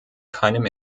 keinem